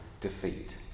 defeat